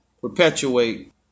perpetuate